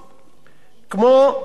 כמו